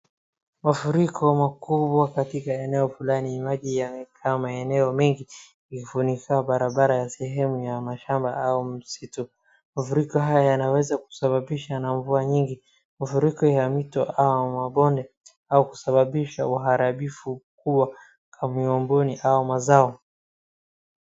Mafuriko makubwa katika eneo fulani, maji yamekaa maeneo mengi ifunikayo barabara ya sehemu ya mashamba au msitu, mafuriko haya yanaweza kusababishwa na mvua nyingi. Mafuriko ya mito au mabonde au kusababisha uharibifu mkubwa kwa miongoni wa mazao.